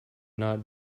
not